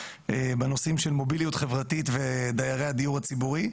בנושאים של מוביליות חברתית ודיירי הדיור הציבורי,